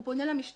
הוא פונה למשטרה,